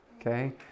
Okay